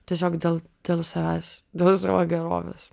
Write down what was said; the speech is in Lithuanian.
tiesiog dėl dėl savęs dėl savo gerovės